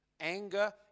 Anger